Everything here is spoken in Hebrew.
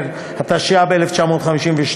התשי"ב 1952,